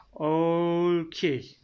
Okay